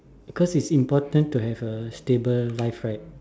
cause it's important to have a stable life right